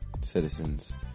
citizens